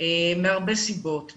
מהרבה סיבות.